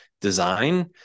design